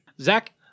Zach